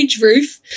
roof